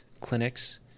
clinics